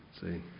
See